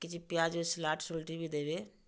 କିଛି ପିଆଜ୍ ସଲାଟ୍ ସୁଲ୍ଟି ବି ଦେବେ